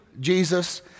Jesus